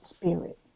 spirit